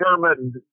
determined